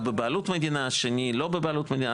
בבעלות מדינה השני לא בבעלות מדינה,